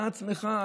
אתה עצמך,